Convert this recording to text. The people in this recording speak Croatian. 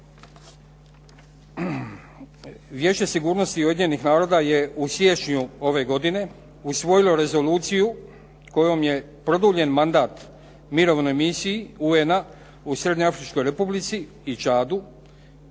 Vijeće sigurnosti Ujedinjenih naroda je u siječnju ove godine usvojilo rezoluciju kojom je produljen mandat mirovnoj misiji UN-a u Srednjeafričkoj Republici i Čadu